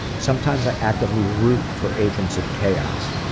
sometimes i actively root for agents of chaos.